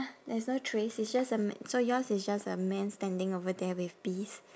there's no trees it's just a ma~ so yours is just a man standing over there with bees